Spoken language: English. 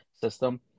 system